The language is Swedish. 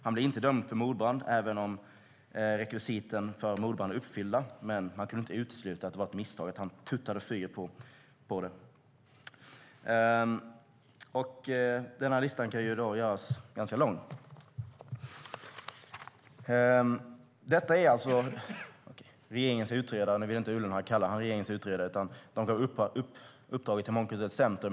Han blev inte dömd för mordbrand, även om rekvisiten för mordbrand var uppfyllda, men man kunde inte utesluta att det var ett misstag att han tuttade eld på kläderna. Listan kan göras ganska lång. Detta är alltså regeringens utredare. Ullenhag vill inte kalla honom för regeringens utredare utan menar att de gav uppdraget till Mångkulturellt centrum.